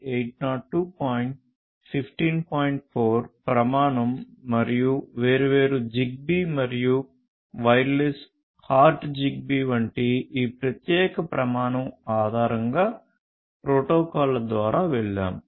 4 ప్రమాణం మరియువేర్వేరు జిగ్బీ మరియు వైర్లెస్ హార్ట్ జిగ్బీ వంటి ఈ ప్రత్యేక ప్రమాణం ఆధారంగాప్రోటోకాల్ల ద్వారా వెళ్ళాము